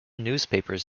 newspapers